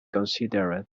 considered